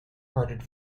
hearted